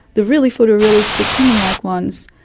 the really photorealistic human-like ones,